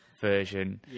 version